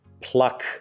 pluck